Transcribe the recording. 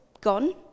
gone